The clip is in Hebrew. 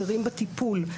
אחרים בטיפול.